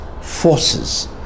forces